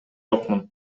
жокмун